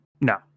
no